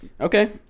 Okay